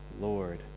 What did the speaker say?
Lord